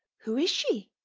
who is she?